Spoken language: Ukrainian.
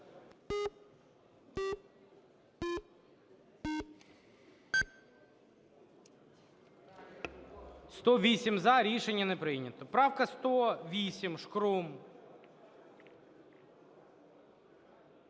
За-135 Рішення не прийнято. Правка 109, Шкрум.